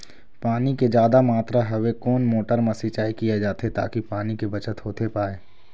पानी के जादा मात्रा हवे कोन मोटर मा सिचाई किया जाथे ताकि पानी के बचत होथे पाए?